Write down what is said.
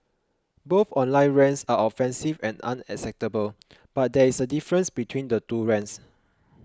both online rants are offensive and unacceptable but there is a difference between the two rants